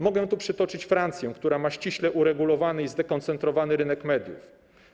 Mogę tu przytoczyć przykład Francji, która ma ściśle uregulowany i zdekoncentrowany rynek mediów.